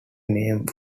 name